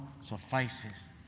suffices